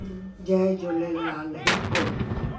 जय झूलेलाल हिकु